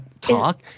talk